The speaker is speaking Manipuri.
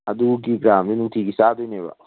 ꯑꯗꯨꯒꯤ ꯒ꯭ꯔꯥꯝꯗꯣ ꯅꯨꯡꯇꯤꯒꯤ ꯆꯥꯗꯣꯏꯅꯦꯕ